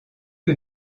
que